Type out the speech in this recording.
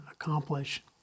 accomplish